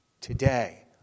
today